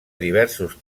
diversos